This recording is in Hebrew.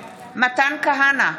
מתן כהנא,